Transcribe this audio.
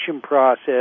process